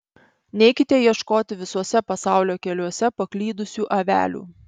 neikite ieškoti visuose pasaulio keliuose paklydusių avelių